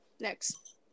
next